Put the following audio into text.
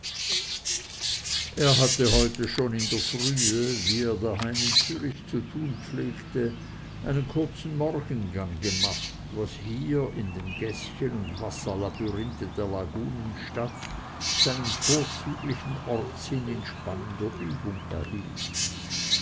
er hatte heute schon in der frühe wie er daheim in zürich zu tun pflegte einen kurzen morgengang gemacht was hier in dem gäßchen und wasserlabyrinthe der lagunenstadt seinen vorzüglichen ortssinn in spannender übung erhielt